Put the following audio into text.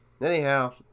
Anyhow